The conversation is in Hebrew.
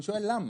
אני שואל למה.